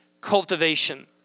cultivation